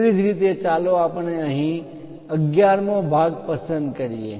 તેવી જ રીતે ચાલો આપણે અહીં 11 મો ભાગ પસંદ કરીએ